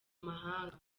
mahanga